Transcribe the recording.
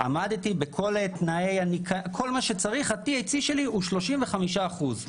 עמדתי בכל מה שצריך וה-THC שלי הוא 35 אחוזים.